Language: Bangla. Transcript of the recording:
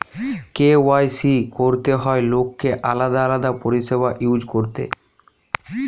কে.ওয়াই.সি করতে হয় লোককে আলাদা আলাদা পরিষেবা ইউজ করতে